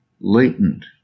latent